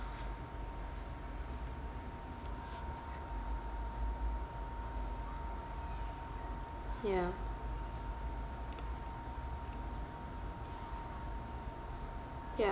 ya ya